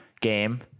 game